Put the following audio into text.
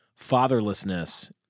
fatherlessness